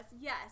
yes